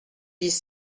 dix